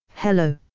Hello